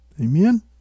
Amen